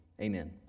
Amen